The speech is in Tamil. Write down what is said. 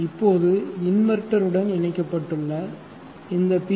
இப்போது இன்வெர்ட்டருடன் இணைக்கப்பட்டுள்ள இந்த பி